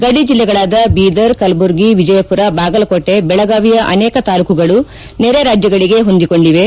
ಗಡಿ ಜೆಲ್ಲೆಗಳಾದ ಬೀದರ್ ಕಲಬುರಗಿ ವಿಜಯಪುರ ಬಾಗಲಕೋಟೆ ಬೆಳಗಾವಿಯ ಅನೇಕ ತಾಲ್ಲೂಕುಗಳು ನೆರೆರಾಜ್ಗಳಗೆ ಹೊಂದಿಕೊಂಡಿವೆ